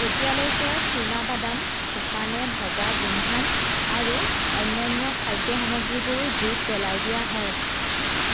তেতিয়ালৈকে চীনাবাদাম শুকানে ভজা গোমধান আৰু অন্যান্য খাদ্য সামগ্ৰীবোৰো জুইত পেলাই দিয়া হয়